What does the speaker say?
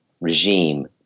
regime